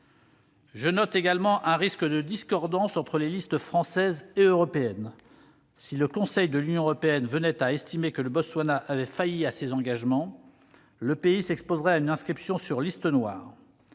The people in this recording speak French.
Je note également un risque de discordance entre les listes française et européenne : si le Conseil de l'Union européenne venait à estimer que le Botswana avait failli à ses engagements, le pays s'exposerait à une inscription sur liste noire.